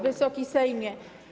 Wysoki Sejmie!